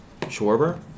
Schwarber